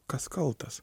kas kaltas